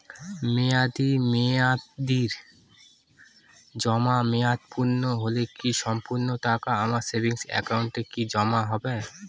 মেয়াদী মেহেদির জমা মেয়াদ পূর্ণ হলে কি সম্পূর্ণ টাকা আমার সেভিংস একাউন্টে কি জমা হবে?